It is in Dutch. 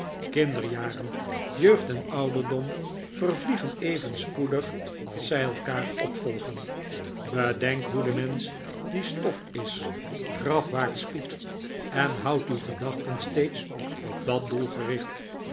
jaren jeugd en ouderdom vervliegen even spoedig als zij elkaar opvolgen bedenkt hoe de mensch die stof is grafwaarts spoedt en houdt uw gedachten steeds op dat doel gericht